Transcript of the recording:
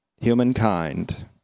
humankind